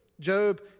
Job